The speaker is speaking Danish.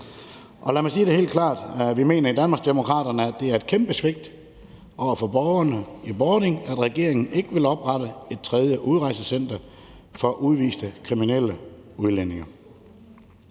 Og lad mig sige helt klart, at vi mener i Danmarksdemokraterne, at det er et kæmpe svigt over for borgerne i Bording, at regeringen ikke vil oprette et tredje udrejsecenter for udviste kriminelle udlændinge.